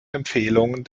empfehlungen